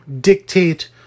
dictate